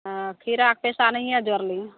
हॅं खीराक पइसा नहिये जोड़ली हँ